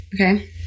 Okay